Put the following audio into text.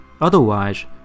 Otherwise